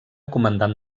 comandant